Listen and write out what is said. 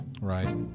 right